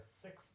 six